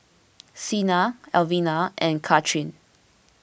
Sina Elvina and Kathryne